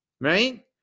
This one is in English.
right